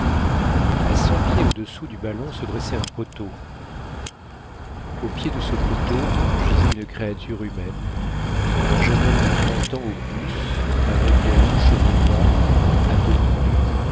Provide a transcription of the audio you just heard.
a cent pieds au-dessous du ballon se dressait un poteau au pied de ce poteau gisait une créature humaine un jeune homme de trente ans au plus avec de longs cheveux noirs à demi